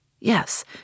Yes